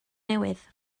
newydd